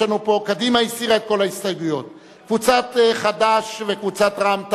קבוצת קדימה, גם את ההסתייגות הבאה להסיר?